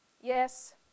Yes